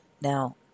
Now